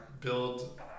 build